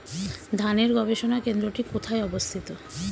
ধানের গবষণা কেন্দ্রটি কোথায় অবস্থিত?